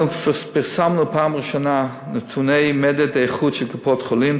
אנחנו פרסמנו בפעם הראשונה נתוני מדד איכות של קופות-החולים,